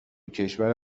کشور